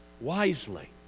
wisely